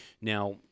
Now